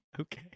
Okay